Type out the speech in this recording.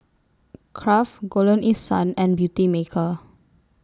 Kraft Golden East Sun and Beautymaker